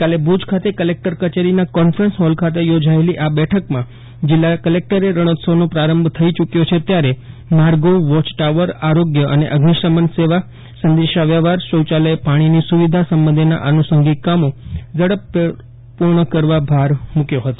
ગઈકાલે ભુજ ખાતે કલેકટર કચેરીના કોન્ફરન્સ હોલ ખાતે ચોજાયેલી આ બેઠકમાં જિલ્લા કલેકટરે રણોત્સવનો પ્રારંભ થઇ યૂક્યો છે ત્યારે માર્ગો વોય ટાવર આરોગ્ય અને અઝિશમન સેવા સંદેશા વ્યવહાર શૌયાલય પાણીની સુવિધા સંબંધેનાં આનુષાંગિક કામો ઝડપભેર પૂર્ણ કરવા ભાર મૂક્યો હતો